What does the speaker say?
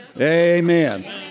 Amen